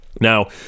Now